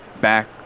back